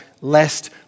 lest